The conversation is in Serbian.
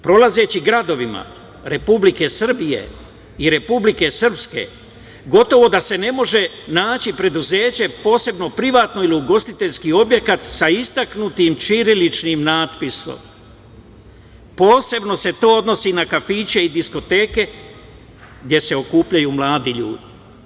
Prolazeći gradovima Republike Srbije i Republike Srpske, gotovo da se ne može naći preduzeće posebno privatno ili ugostiteljski objekat sa istaknutim ćiriličnim natpisom, posebno se to odnosi na kafiće i diskoteke gde se okupljaju mladi ljudi.